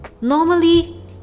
normally